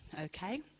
okay